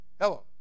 Hello